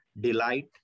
delight